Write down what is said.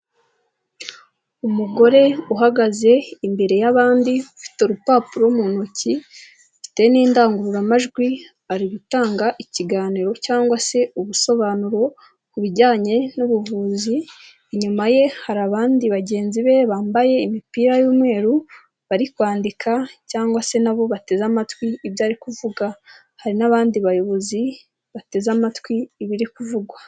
Umugore uhagaze imbere y'abandi afite urupapuro mu ntoki, afite n'indangururamajwi ari gutanga ikiganiro cyangwa se ubusobanuro ku bijyanye n'ubuvuzi. Inyuma ye hari abandi bagenzi be bambaye imipira y'umweru, bari kwandika cyangwa se nabo bateze amatwi ibyo ari kuvuga, hari n'abandi bayobozi bateze amatwi ibiri kuvugwa.